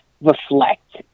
reflect